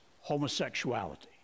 homosexuality